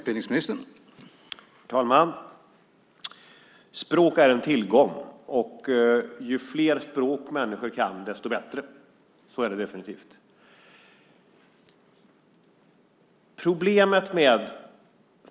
Herr talman! Språk är en tillgång, och ju fler språk människor kan desto bättre är det. Så är det definitivt.